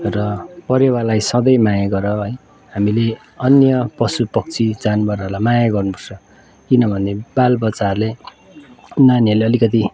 र परेवालाई सधैँ माया गर है हामीले अन्य पशुपक्षी जानवरहरूलाई माया गर्नुपर्छ किनभने बालबच्चाहरूले नानीहरूले अलिकति